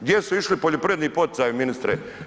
Gdje su išli poljoprivredni poticaji ministre?